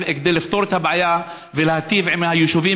כדי לפתור את הבעיה ולהיטיב עם היישובים,